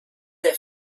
der